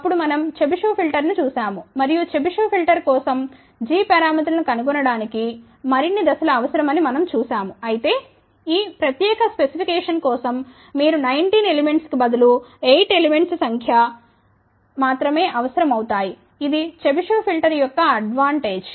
అప్పుడు మనం చెబిషెవ్ ఫిల్టర్ను చూశాము మరియు చెబిషెవ్ ఫిల్టర్ కోసం g పారామితులకు కనుగొనడానికి మరిన్ని దశలు అవసరమని మనం చూశాము అయితే ఈ ప్రత్యేక స్పెసిఫికేషన్ కోసం మీకు 19 ఎలిమెంట్స్ కి బదులు 8 ఎలిమెంట్స్ సంఖ్య మాత్రమే అవసరమవుతాయి ఇది చెబిషెవ్ ఫిల్టర్ యొక్క అడ్వాంన్టేజ్